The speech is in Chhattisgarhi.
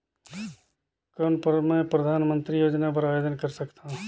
कौन मैं परधानमंतरी योजना बर आवेदन कर सकथव?